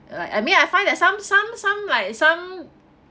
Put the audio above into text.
like I mean I find that some some some like some